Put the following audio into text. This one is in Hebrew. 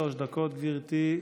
שלוש דקות, גברתי,